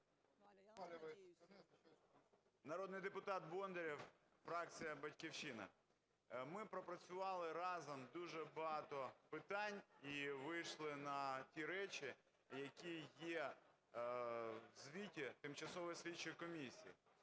Народний депутат Бондарєв, фракція "Батьківщина". Ми пропрацювали разом дуже багато питань і вийшли на ті речі, які є у звіті тимчасової слідчої комісії.